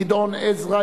גדעון עזרא,